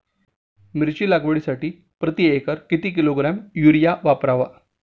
मिरची लागवडीसाठी प्रति एकर किती किलोग्रॅम युरिया वापरावा?